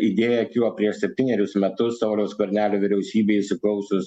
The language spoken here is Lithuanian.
idėja kilo prieš septynerius metus sauliaus skvernelio vyriausybei įsiklausius